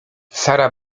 sara